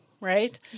Right